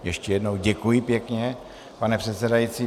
Ještě jednou děkuji pěkně, pane předsedající.